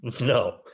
No